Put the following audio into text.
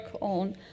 on